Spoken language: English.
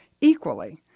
equally